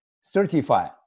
certify